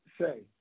say